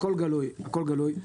הכל גלוי, הכל גלוי.